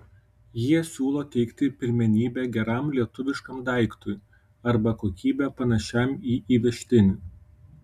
jie siūlo teikti pirmenybę geram lietuviškam daiktui arba kokybe panašiam į įvežtinį